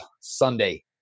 Sunday